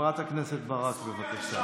חברת הכנסת ברק, בבקשה.